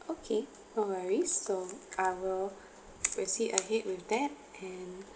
okay not worries so I will proceed ahead with that and